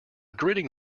gritting